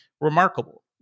remarkable